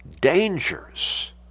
dangers